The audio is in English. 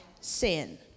sin